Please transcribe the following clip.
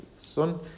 son